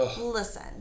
listen